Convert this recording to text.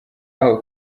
aho